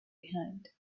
behind